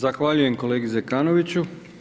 Zahvaljujem kolegi Zekanoviću.